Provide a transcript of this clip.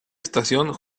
estación